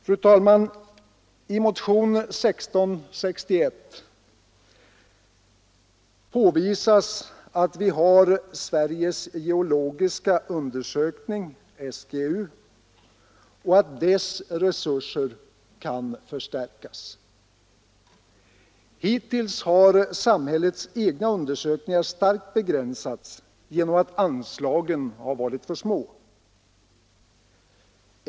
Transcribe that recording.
I motionen 1661 erinras om att vi har Sveriges geologiska undersökning och att dess resurser kan förstärkas. Hittills har samhällets egna undersökningar starkt begränsats genom att anslagen varit små.